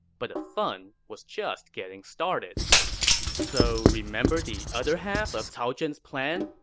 but the fun was just getting started so remember the other half of cao zhen's plan,